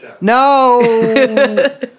No